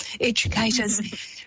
educators